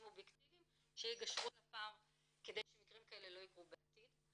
אובייקטיביים שיגשרו על הפער כדי שמקרים כאלה לא יקרו בעתיד.